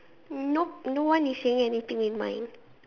no no one is saying anything with mine